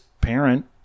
parent